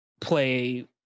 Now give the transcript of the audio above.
play